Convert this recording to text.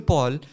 Paul